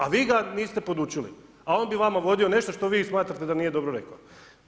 A vi ga niste podučili, a on bi vama vodio nešto što vi smatrate da nije dobro rekao.